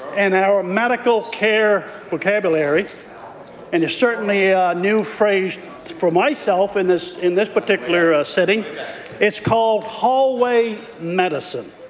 in our medical care vocabulary and it's certainly a new phrase for myself in this in this particular sitting it's called hallway medicine.